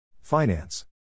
Finance